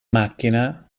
macchina